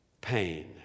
pain